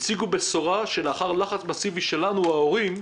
הם הציגו בשורה, שלאחר לחץ מאסיבי שלנו ההורים,